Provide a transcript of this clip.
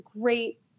great